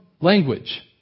language